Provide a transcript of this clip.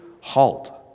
halt